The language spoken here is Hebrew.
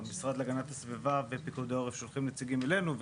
המשרד להגנת הסביבה ופיקוד העורף שולחים נציגים אלינו,